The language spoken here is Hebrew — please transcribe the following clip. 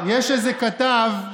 יש איזה כתב,